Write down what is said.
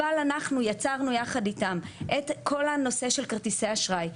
אבל אנחנו יצרנו יחד איתם את כל הנושא של כרטיסי אשראי,